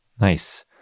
Nice